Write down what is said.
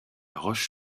roche